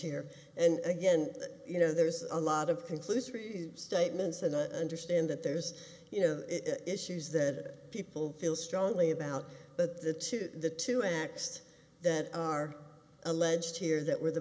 here and again you know there's a lot of conclusory statements and a understand that there's you know issues that people feel strongly about but the two the two acts that are alleged here that where the